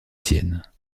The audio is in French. siennes